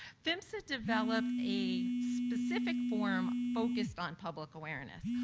phmsa developed a specific form focused on public awareness,